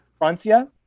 Francia